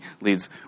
leads